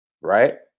right